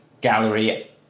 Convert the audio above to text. gallery